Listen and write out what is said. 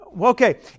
Okay